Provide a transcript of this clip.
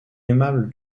aimable